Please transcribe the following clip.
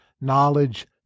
knowledge